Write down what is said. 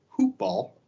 hoopball